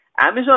Amazon